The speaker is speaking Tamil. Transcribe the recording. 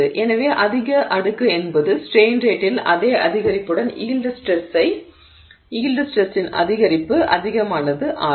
எனவே அதிக அடுக்கு என்பது ஸ்ட்ரெய்ன் ரேட்டில் அதே அதிகரிப்புடன் யீல்டு ஸ்ட்ரெஸின் அதிகரிப்பு அதிகமானது ஆகும்